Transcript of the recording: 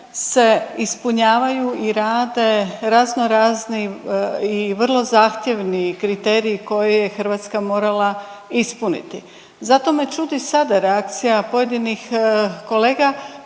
se ispunjavaju i rade razno razni i vrlo zahtjevni kriteriji koje je Hrvatska morala ispuniti. Zato me čudi sada reakcija pojedinih kolega